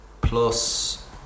plus